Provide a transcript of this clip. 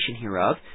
hereof